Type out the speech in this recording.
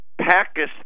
Pakistan